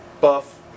buff